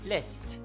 List